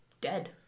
dead